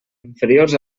inferiors